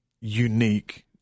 unique